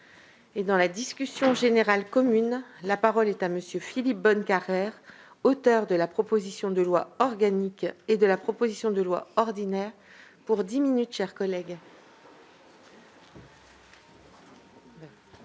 Dans la discussion générale commune, la parole est à M. Philippe Bonnecarrère, auteur de la proposition de loi organique et de la proposition de loi ordinaire. Madame la